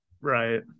right